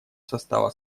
состава